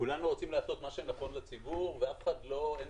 כולנו רוצים לעשות מה שנכון לציבור ואף אחד אין